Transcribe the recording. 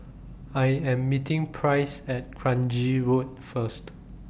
I Am meeting Price At Kranji Road First